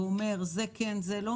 ואומר זה כן וזה לא,